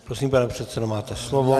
Prosím, pane předsedo, máte slovo.